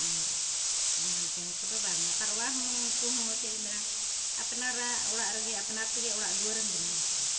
ᱟᱨ ᱡᱟᱦᱟᱱ ᱪᱮᱬᱮ ᱠᱚᱫᱚ ᱵᱟᱝᱟ ᱯᱟᱨᱣᱟᱦᱚᱸ ᱩᱱᱠᱩ ᱦᱚᱸ ᱪᱮᱫ ᱮᱢ ᱢᱮᱱᱟ ᱟᱯᱱᱟᱨᱟᱜ ᱚᱲᱟᱜ ᱨᱮᱜᱮ ᱟᱯᱱᱟᱨ ᱛᱮᱜᱮ ᱚᱲᱟᱜ ᱫᱩᱣᱟᱹᱨᱮᱢ ᱵᱮᱱᱟᱣᱟᱠᱚᱣᱟ